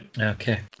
Okay